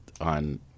on